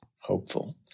Hopeful